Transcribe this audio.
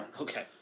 Okay